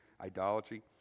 idolatry